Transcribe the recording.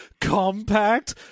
compact